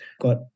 Got